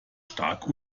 stark